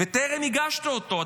וטרם הגשת אותו.